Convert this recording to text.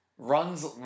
runs